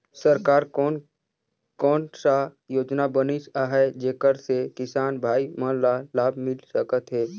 सरकार कोन कोन सा योजना बनिस आहाय जेकर से किसान भाई मन ला लाभ मिल सकथ हे?